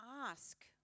Ask